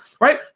right